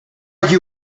argue